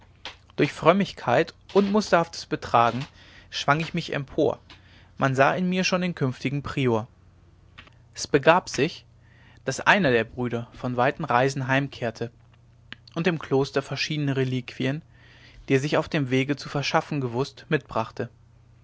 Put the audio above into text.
durch frömmigkeit und musterhaftes betragen schwang ich mich empor man sah in mir schon den künftigen prior es begab sich daß einer der brüder von weiten reisen heimkehrte und dem kloster verschiedene reliquien die er sich auf dem wege zu verschaffen gewußt mitbrachte